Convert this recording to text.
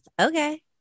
Okay